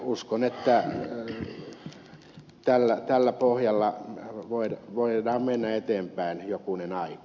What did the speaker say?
uskon että tällä pohjalla voidaan mennä eteenpäin jokunen aika